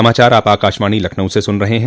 यह समाचार आप आकाशवाणी लखनऊ से सुन रहे हैं